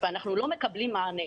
ואנחנו לא מקבלים מענה.